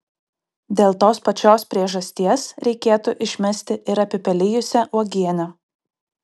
dėl tos pačios priežasties reikėtų išmesti ir apipelijusią uogienę